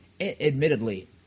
Admittedly